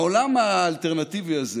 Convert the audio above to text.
בעולם האלטרנטיבי הזה